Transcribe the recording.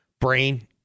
brain